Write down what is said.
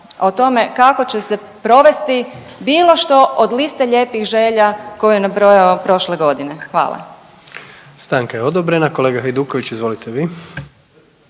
o tome kako će se provesti bilo što od liste lijepih želja koje je nabroja prošle godine. Hvala. **Jandroković, Gordan (HDZ)** Stanka je odobrena. Kolega Hajduković izvolite vi.